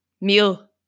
meal